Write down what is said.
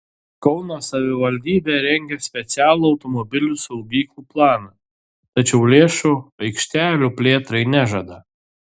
kauno savivaldybė rengia specialų automobilių saugyklų planą tačiau lėšų aikštelių plėtrai nežada